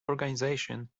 organization